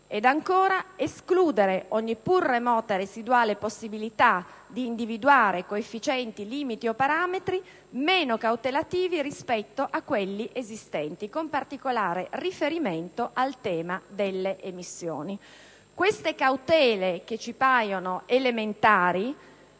escludere ogni pur remota e residuale possibilità di individuare coefficienti, limiti, o parametri meno cautelativi rispetto a quelli esistenti, con particolare riferimento al tema delle emissioni. Queste cautele, che ci paiono elementari,